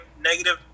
negative